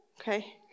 Okay